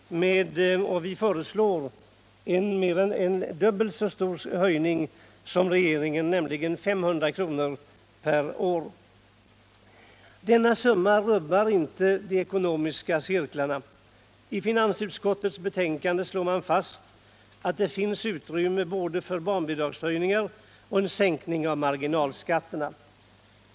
Och vi föreslår en mer än dubbelt så stor höjning som regeringen, nämligen 500 kr. per år. Denna summa rubbar inte de ekonomiska cirklarna. I finansutskottets betänkande slår man fast att det finns utrymme både för barnbidragshöjningar och för en sänkning av marginalskatterna.